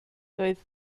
doedd